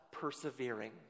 persevering